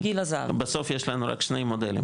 בסוף יש לנו שני מודלים,